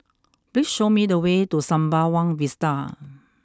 please show me the way to Sembawang Vista